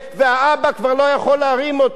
והאבא כבר לא יכול להרים אותו?